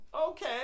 okay